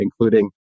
including